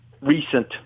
Recent